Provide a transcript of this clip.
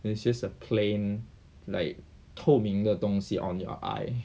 it's just a plain like 透明的东西 on your eye